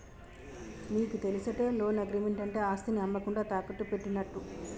నీకు తెలుసటే, loan agreement అంటే ఆస్తిని అమ్మకుండా తాకట్టు పెట్టినట్టు